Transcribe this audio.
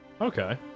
Okay